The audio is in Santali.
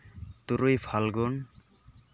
ᱛᱩᱨᱩᱭ ᱯᱷᱟᱞᱜᱩᱱ